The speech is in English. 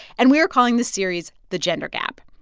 and we're calling the series the gender gap.